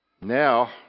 Now